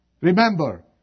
Remember